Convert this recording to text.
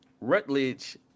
Rutledge